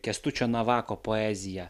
kęstučio navako poezija